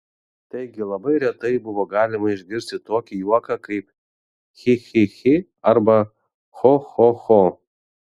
taigi labai retai buvo galima išgirsti tokį juoką kaip chi chi chi arba cho cho cho